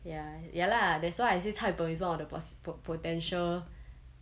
ya ya lah that's why I say 菜 peng is one of the possi~ po~ po~ potential